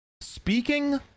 speaking